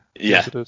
Yes